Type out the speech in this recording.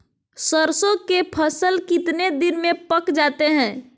सरसों के फसल कितने दिन में पक जाते है?